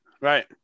Right